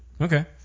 Okay